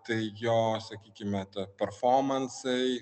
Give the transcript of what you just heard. tai jo sakykime ta perfomansai